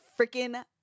freaking